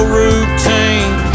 routine